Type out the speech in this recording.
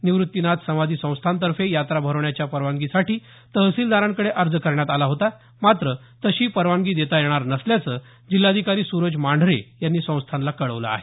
निव्त्तीनाथ समाधी संस्थानतर्फे यात्रा भरवण्याच्या परवानगीसाठी तहसीलदारांकडे अर्ज केला होता मात्र तशी परवानगी देता येणार नसल्याचं जिल्हाधिकारी सुरज मांढरे यांनी संस्थानला कळवलं आहे